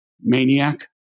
maniac